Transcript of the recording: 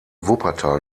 wuppertal